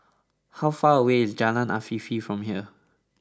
how far away is Jalan Afifi from here